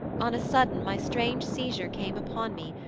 on a sudden my strange seizure came upon me,